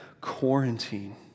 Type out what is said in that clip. quarantine